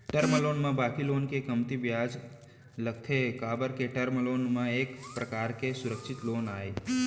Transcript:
term loan म बाकी loan ले कमती बियाज लगथे काबर के टर्म लोन ह एक परकार के सुरक्छित लोन आय